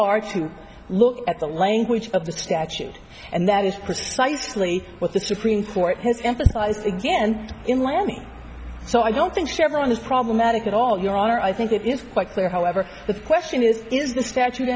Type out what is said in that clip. are to look at the language of the statute and that is precisely what the supreme court has emphasized again in miami so i don't think chevron is problematic at all your honor i think it is quite clear however the question is is the statute